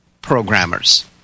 programmers